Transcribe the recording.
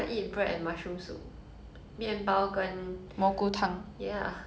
I thought you~